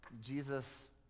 Jesus